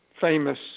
famous